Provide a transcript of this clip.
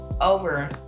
over